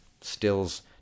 Stills